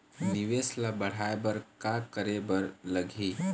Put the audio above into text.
निवेश ला बढ़ाय बर का करे बर लगही?